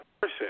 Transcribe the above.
person